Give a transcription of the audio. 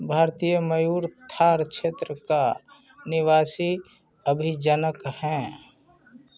भारतीय मयूर थार क्षेत्र का निवासी अभिजनक है